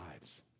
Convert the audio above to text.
lives